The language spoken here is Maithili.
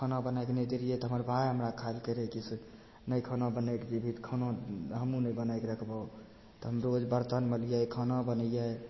खाना बनायके नहि देलियै तऽ हमर भाय हमरा खाइ लेल कहय रहय कि से नहि खाना बनायके देबही तऽ खाना हमहुँ नहि बनाके रखबौ तऽ हम रोज बर्तन मलियै खाना बनाबियै